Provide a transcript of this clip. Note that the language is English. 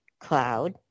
cloud